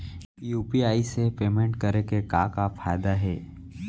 UPI से payment करे के का का फायदा हे?